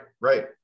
Right